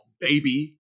baby